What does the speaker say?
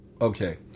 Okay